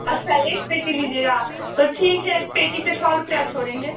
अच्छा एक पेटी लीजिएगा तो ठीक है एक पेटी पे सौ रुपया छोड़ेंगे